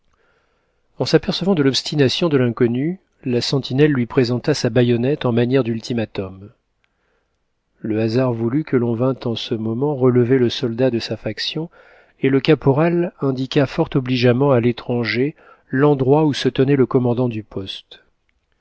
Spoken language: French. en s'apercevant de l'obstination de l'inconnu la sentinelle lui présenta sa baïonnette en manière d'ultimatum le hasard voulut que l'on vînt en ce moment relever le soldat de sa faction et le caporal indiqua fort obligeamment à l'étranger l'endroit où se tenait le commandant du poste